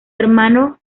hermano